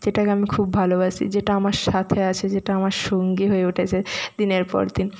যেটাকে আমি খুব ভালোবাসি যেটা আমার সাথে আছে যেটা আমার সঙ্গী হয়ে উঠেছে দিনের পর দিন